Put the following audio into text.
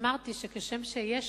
אמרתי שכשם שיש